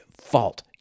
fault